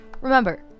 remember